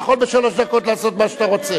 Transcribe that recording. אתה יכול בשלוש דקות לעשות מה שאתה רוצה.